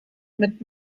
mit